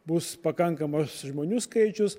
bus pakankamas žmonių skaičius